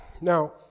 Now